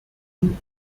nun